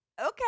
okay